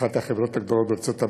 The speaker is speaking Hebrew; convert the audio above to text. אחת החברות הגדולות בארצות-הברית,